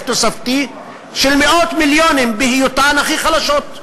תוספתי של מאות מיליונים בהיותן הכי חלשות.